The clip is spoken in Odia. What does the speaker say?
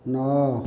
ନଅ